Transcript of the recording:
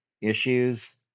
issues